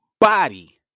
body